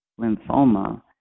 lymphoma